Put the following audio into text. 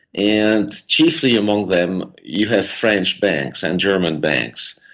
and chiefly among them you have french banks and german banks.